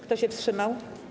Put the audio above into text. Kto się wstrzymał?